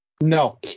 No